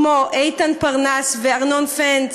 כמו איתן פרנס וארנון פנץ,